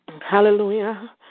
Hallelujah